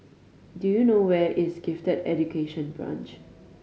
do you know where is Gifted Education Branch